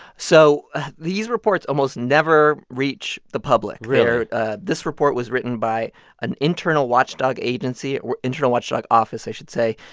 so ah these reports almost never reach the public really? they're this report was written by an internal watchdog agency internal watchdog office, i should say,